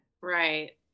Right